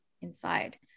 inside